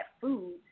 food